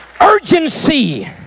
urgency